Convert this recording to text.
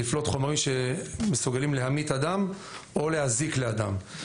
לפלוט חומרים שמסוגלים להמית אדם או להזיק לאדם,